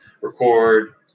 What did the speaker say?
record